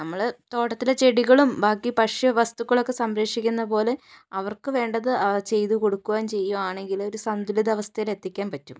നമ്മള് തോട്ടത്തിലെ ചെടികളും ബാക്കി ഭക്ഷ്യ വസ്തുക്കളുമൊക്കെ സംരക്ഷിക്കുന്നത് പോലെ അവർക്ക് വേണ്ടത് ചെയ്ത് കൊടുക്കുകയും ചെയ്യുകയാണെങ്കില് ഒരു സന്തുലിതാവസ്ഥേയില് എത്തിക്കാൻ പറ്റും